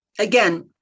Again